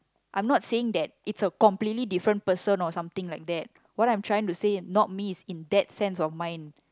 I'm not saying that it's a completely different person or something like that what I'm trying to say is not me is in that sense of mind